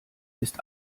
ist